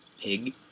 pig